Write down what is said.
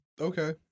Okay